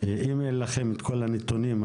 אם אין לכם את כל הנתונים,